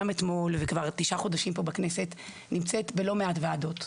גם אתמול וכבר תשעה חודשים פה בכנסת אני נמצאת בלא מעט וועדות,